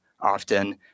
often